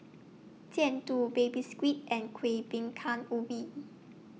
Jian Dui Baby Squid and Kuih Bingka Ubi